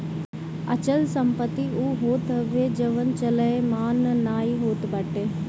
अचल संपत्ति उ होत हवे जवन चलयमान नाइ होत बाटे